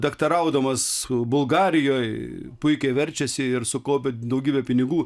daktaraudamas bulgarijoj puikiai verčiasi ir sukaupia daugybę pinigų